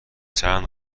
چند